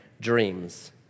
dreams